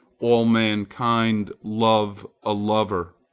all mankind love a lover.